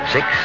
Six